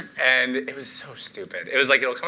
and it was so stupid. it was like, it